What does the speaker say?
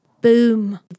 boom